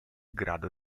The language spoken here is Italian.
grado